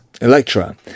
Electra